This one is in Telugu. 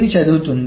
ని చదువుతుంది